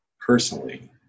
personally